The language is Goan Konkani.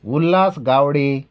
उल्हास गावडे